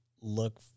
look